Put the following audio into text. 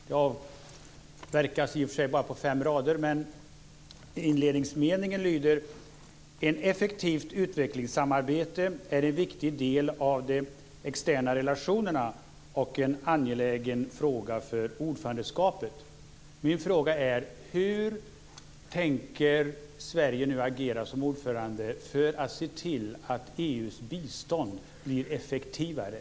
Det avverkas på fem rader, och inledningsmeningen lyder: Ett effektivt utvecklingssamarbete är en viktig del av de externa relationerna och en angelägen fråga för ordförandeskapet. Min fråga är: Hur tänker Sverige nu agera som ordförande för att se till att EU:s bistånd blir effektivare?